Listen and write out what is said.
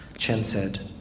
chen said,